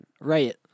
Right